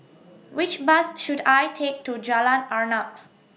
Which Bus should I Take to Jalan Arnap